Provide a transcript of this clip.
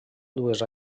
dues